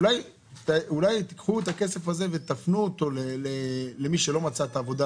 אולי תיקחו את הכסף הזה ותפנו אותו למי שלא מצא עבודה,